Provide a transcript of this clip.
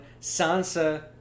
Sansa